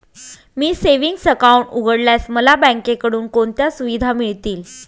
मी savings account उघडल्यास मला बँकेकडून कोणत्या सुविधा मिळतील?